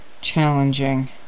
challenging